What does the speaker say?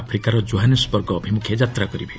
ଆଫ୍ରିକାର ଜୋହାନ୍ସବର୍ଗ ଅଭିମୁଖେ ଯାତ୍ରା କରିବେ